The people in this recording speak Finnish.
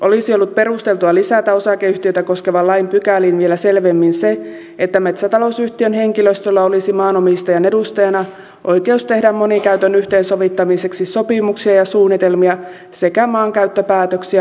olisi ollut perusteltua lisätä osakeyhtiötä koskevan lain pykäliin vielä selvemmin se että metsätalousyhtiön henkilöstöllä olisi maanomistajan edustajana oikeus tehdä monikäytön yhteensovittamiseksi sopimuksia ja suunnitelmia sekä maankäyttöpäätöksiä luonnonvarasuunnitelmien puitteissa